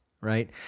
right